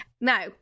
Now